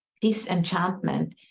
disenchantment